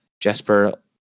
Jesper